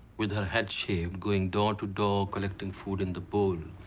with her head shaved, going door to door, collecting food in the bowl.